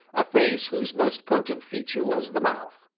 a face whose most potent feature was the mouth,